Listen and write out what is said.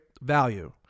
value